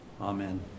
amen